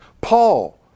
Paul